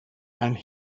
and